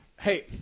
Hey